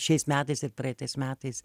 šiais metais ir praeitais metais